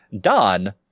Don